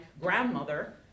grandmother